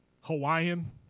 Hawaiian